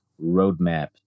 roadmap